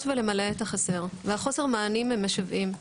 ולמלא את החסר והחוסר מענים הם משוועים.